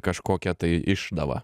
kažkokia tai išdava